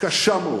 קשה מאוד